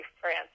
France